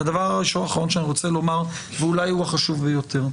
הדבר האחרון שאני רוצה לומר ואולי הוא החשוב ביותר.